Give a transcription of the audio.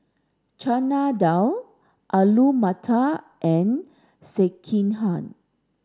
Chana Dal Alu Matar and Sekihan